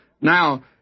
Now